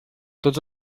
tots